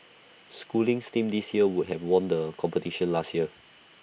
schooling's team this year would have won the competition last year